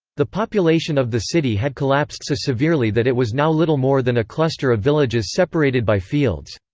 the population of the city had collapsed so severely that it was now little more than a cluster of villages separated by fields.